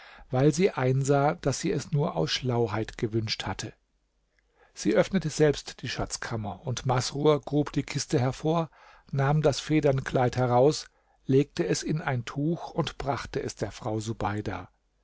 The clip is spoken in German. weil sie einsah daß sie es nur aus schlauheit gewünscht hatte sie öffnete selbst die schatzkammer und masrur grub die kiste hervor nahm das federnkleid heraus legte es in ein tuch und brachte es der frau subeida